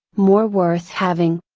more worth having.